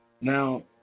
Now